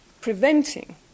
preventing